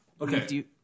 Okay